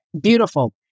Beautiful